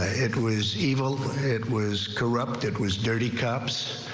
ah it was evil it was corrupted was dirty cops.